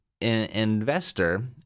investor